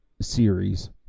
series